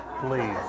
please